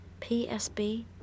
PSB